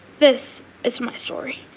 this is my story.